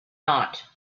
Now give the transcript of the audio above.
not